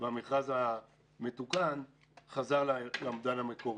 והמכרז המתוקן חזר לאומדן המקורי,